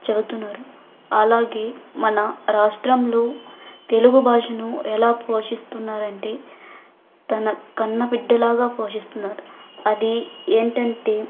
చెబుతున్నారు అలాగే మన రాష్ట్రంలో తెలుగు భాషను ఎలా పోషిస్తున్నారంటే తన కన్నబిడ్డలాగా పోషిస్తున్నారు అది ఏంటంటే